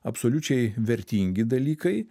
absoliučiai vertingi dalykai